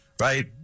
Right